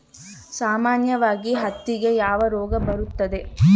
ಸಾಮಾನ್ಯವಾಗಿ ಹತ್ತಿಗೆ ಯಾವ ರೋಗ ಬರುತ್ತದೆ?